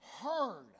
heard